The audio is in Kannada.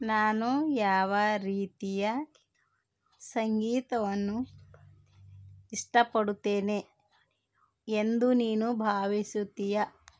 ನಾನು ಯಾವ ರೀತಿಯ ಸಂಗೀತವನ್ನು ಇಷ್ಟಪಡುತ್ತೇನೆ ಎಂದು ನೀನು ಭಾವಿಸುತ್ತೀಯ